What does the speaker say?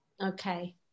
Okay